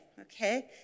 okay